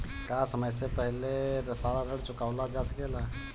का समय से पहले सारा ऋण चुकावल जा सकेला?